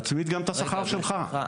תצמיד גם את השכר שלך.